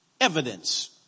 evidence